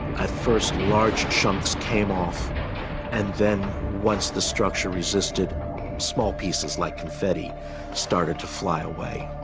at first large chunks came off and then once the structure resisted small pieces like confetti started to fly away